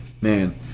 Man